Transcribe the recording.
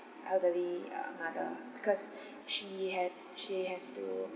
elderly uh mother because she had she have to